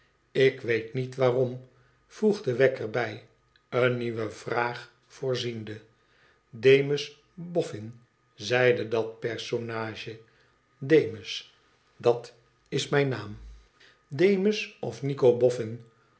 ik weet niet waarom voegde wegg er bij eene nieuwe vraag voorziende demus bofhn zeide dat personage demus dat is mijn naam demus of